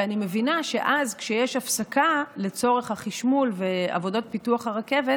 ואני מבינה שכשיש הפסקה לצורך החשמול ועבודות פיתוח הרכבת,